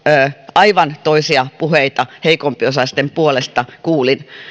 aivan toisia puheita heikompiosaisten puolesta kuulin